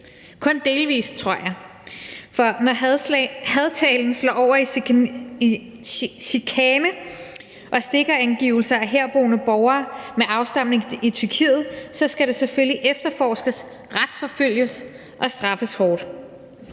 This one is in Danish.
Kun delvis, tror jeg. For når hadtalen slår over i chikane og stikkerangivelser af herboende borgere med afstamning i Tyrkiet, skal det selvfølgelig efterforskes, retsforfølges og straffes hårdt.